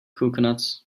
coconuts